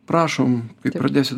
prašom kai tik pradėsit